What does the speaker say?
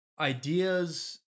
ideas